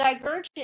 Divergent